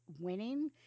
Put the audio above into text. winning